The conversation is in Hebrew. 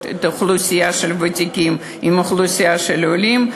את האוכלוסייה של הוותיקים לאוכלוסייה של העולים.